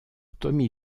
tommy